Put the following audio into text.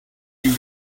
you